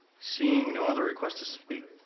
seeing no other requests to speak.